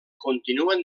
continuen